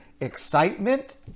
excitement